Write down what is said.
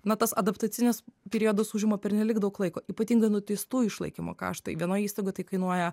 na tas adaptacinis piriodas užima pernelyg daug laiko ypatingai nuteistųjų išlaikymo kaštai vienoj įstaigoj tai kainuoja